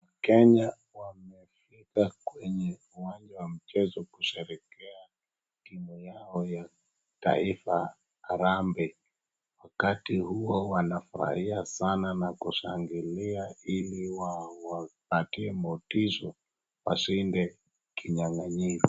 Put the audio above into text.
Kenya wamefika kwenye uwanja wa mchezo kusherekea timu yao ya taifa Harambee. Wakati huo wanafurahia sana na kushangilia ili wawapatie motisho washinde kinyanganyiro.